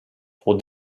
pour